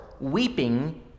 weeping